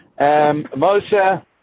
Moshe